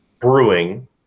Brewing